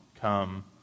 come